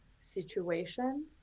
situation